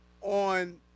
on